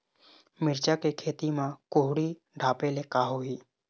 मिरचा के खेती म कुहड़ी ढापे ले का होही?